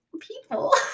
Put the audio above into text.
people